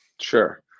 Sure